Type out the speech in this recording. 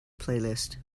playlist